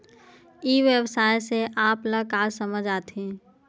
ई व्यवसाय से आप ल का समझ आथे?